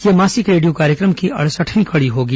यह मासिक रेडियो कार्यक्रम की अड़सठवीं कड़ी होगी